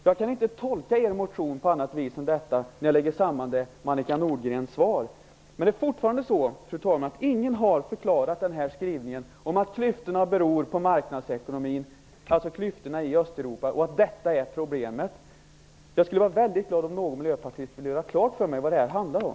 Jag kan inte tolka er motion och Annika Nordgrens svar på annat vis än så. Det är fortfarande så att ingen ännu har förklarat skrivningen om att klyftorna i Östeuropa beror på marknadsekonomin och att det är detta som är problemet. Jag skulle bli väldigt glad om någon miljöpartist ville göra klart för mig vad detta handlar om.